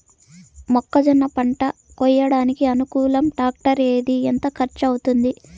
మొక్కజొన్న పంట కోయడానికి అనుకూలం టాక్టర్ ఏది? ఎంత ఖర్చు అవుతుంది?